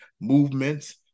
movements